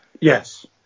Yes